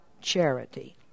charity